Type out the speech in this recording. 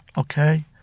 ok,